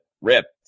ripped